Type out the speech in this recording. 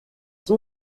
son